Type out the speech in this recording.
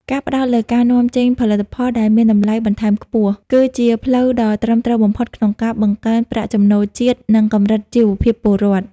ការផ្ដោតលើការនាំចេញផលិតផលដែលមានតម្លៃបន្ថែមខ្ពស់ គឺជាផ្លូវដ៏ត្រឹមត្រូវបំផុតក្នុងការបង្កើនប្រាក់ចំណូលជាតិ និងកម្រិតជីវភាពពលរដ្ឋ។